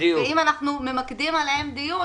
ואם אנו ממקדים עליהם דיון